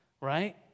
right